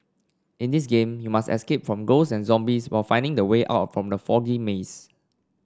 in this game you must escape from ghosts and zombies while finding the way out from the foggy maze